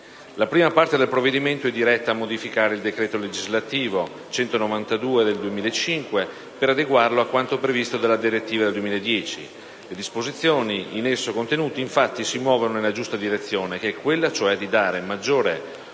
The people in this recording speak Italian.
La prima parte del provvedimento è diretta a modificare il decreto legislativo 19 agosto 2005, n. 192, per adeguarlo a quanto previsto dalla direttiva del 2010: le disposizioni in esso contenute si muovono nella giusta direzione che è quella, cioè, di dare maggiore